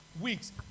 weeks